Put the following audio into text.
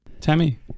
Tammy